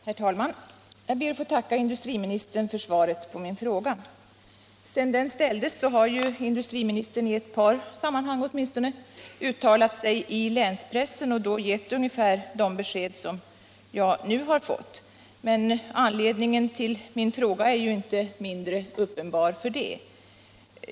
Herr talman! Jag ber att få tacka industriministern för svaret på min fråga. Sedan den ställdes har industriministern i åtminstone ett par sam Om åtgärder för att manhang uttalat sig i länspressen och då givit ungefär de besked som förbättra sysselsättningen i Kiruna jag nu har fått. Men anledningen till min fråga är ju inte mindre uppenbar för det.